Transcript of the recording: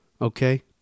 okay